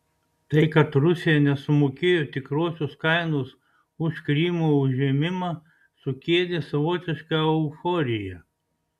tai kad rusija nesumokėjo tikrosios kainos už krymo užėmimą sukėlė savotišką euforiją